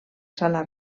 sala